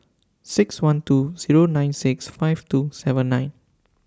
six one two Zero nine six five two seven nine